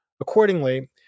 Accordingly